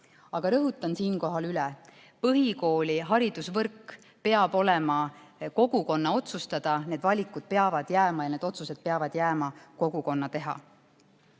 Aga rõhutan siinkohal üle: põhikooli haridusvõrk peab olema kogukonna otsustada, need valikud ja need otsused peavad jääma kogukonna teha. Mida